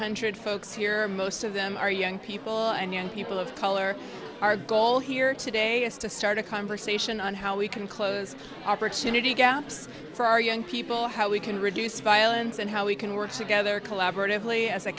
hundred folks here most of them are young people and young people of color our goal here today is to start a conversation on how we can close opportunity gaps for our young people how we can reduce violence and how we can work together collaboratively as a